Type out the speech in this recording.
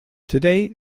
today